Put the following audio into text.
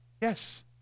Yes